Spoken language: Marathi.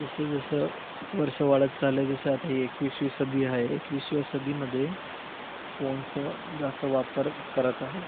जसं जसं वर्ष वाढत चाललं आहे जसं आता हे एकवीसवी सदी आहे एकविसव्या सदीमध्ये फोनचं जास्त वापर करत आहे